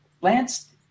Lance